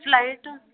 flight